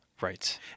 Right